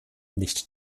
nicht